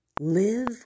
live